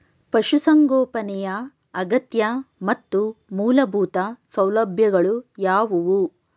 ಪಶುಸಂಗೋಪನೆಯ ಅಗತ್ಯ ಮತ್ತು ಮೂಲಭೂತ ಸೌಲಭ್ಯಗಳು ಯಾವುವು?